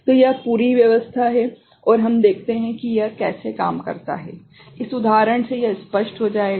तो यह पूरी व्यवस्था है और हम देखते हैं कि यह कैसे काम करता है इस उदाहरण से यह स्पष्ट हो जाएगा